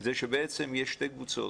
זה שבעצם יש שתי קבוצות.